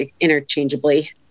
interchangeably